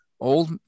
old